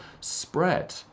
spread